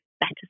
better